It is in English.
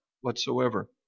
whatsoever